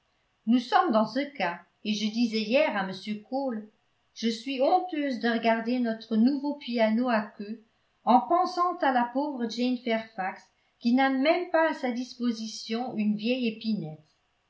nous sommes dans ce cas et je disais hier à m cole je suis honteuse de regarder notre nouveau piano à queue en pensant à la pauvre jane fairfax qui n'a même pas à sa disposition une vieille épinette